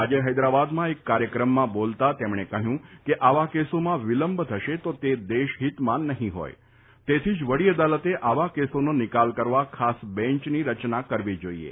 આજે હેદરાબાદમાં એક કાર્યક્રમમાં બોલતાં તેમણે કહ્યું કે આવા કેસોમાં વિલંબ થશે તો તે દેશ હિતમાં નહીં હોય તેથી જ વડી અદાલતે આવા કેસોનો નિકાલ કરવા ખાસ બેંચની રચના કરવી જોઇએ